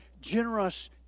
generous